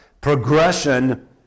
progression